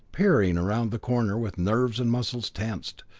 peering around the corner with nerves and muscles tensed.